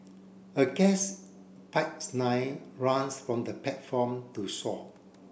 a gas pipes line runs from the platform to shore